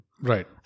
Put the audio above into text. Right